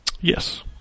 Yes